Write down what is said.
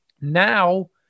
Now